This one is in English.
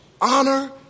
honor